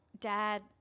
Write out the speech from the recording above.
Dad